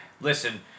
listen